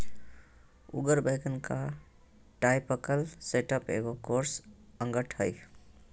उगर वैगन का typical setup एगो कोर्स अंगठ हइ